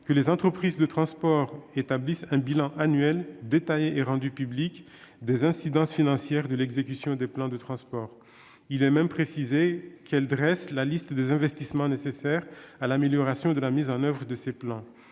que les entreprises de transport établissent un bilan annuel, détaillé et rendu public des incidences financières de l'exécution des plans de transport. Il est même précisé qu'elles doivent dresser la liste des investissements nécessaires à l'amélioration de la mise en oeuvre de ces plans.